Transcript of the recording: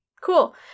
Cool